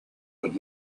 would